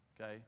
Okay